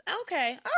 okay